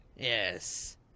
Yes